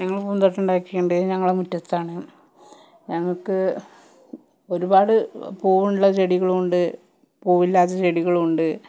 ഞങ്ങള് പൂന്തോട്ടം ഉണ്ടാക്കിയിട്ടുണ്ട് ഞങ്ങളുടെ മുറ്റത്താണ് ഞങ്ങൾക്ക് ഒരുപാട് പൂവ് ഉള്ള ചെടികളുമൂണ്ട് പൂവില്ലാത്ത ചെടികളുമുണ്ട്